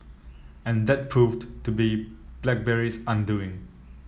and that proved to be BlackBerry's undoing